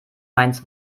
mainz